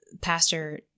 pastor